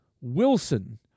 Wilson